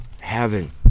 heaven